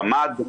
גמד,